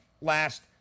last